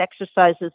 exercises